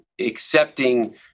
accepting